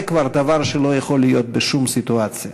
זה דבר שלא יכול להיות בשום סיטואציה.